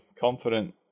confident